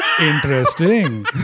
interesting